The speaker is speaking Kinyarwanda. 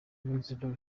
minisitiri